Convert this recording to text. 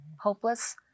hopeless